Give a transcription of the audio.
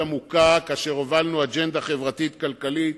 עמוקה והובלנו אג'נדה חברתית-כלכלית.